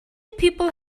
people